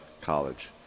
college